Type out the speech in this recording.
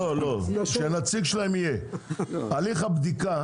לא, שנציג שלהם יהיה, הליך הבדיקה